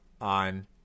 on